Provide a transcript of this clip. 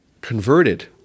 converted